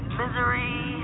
misery